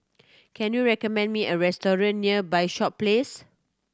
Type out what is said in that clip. can you recommend me a restaurant near by shop Place